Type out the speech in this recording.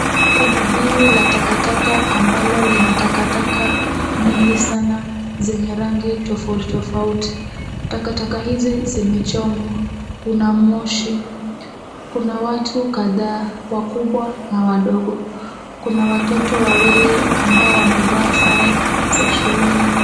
Kuna biwi la takataka ambalo lina takataka nyingi sana zenye rangi tofauti tofauti. Takataka hizi zimechomwa, kuna moshi. Kuna watu kadhaa wakubwa na wadogo. Kuna watoto wawili ambao wamevaa sare za shuleni.